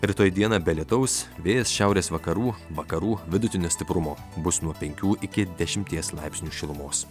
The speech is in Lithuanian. rytoj dieną be lietaus vėjas šiaurės vakarų vakarų vidutinio stiprumo bus nuo penkių iki dešimties laipsnių šilumos